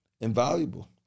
Invaluable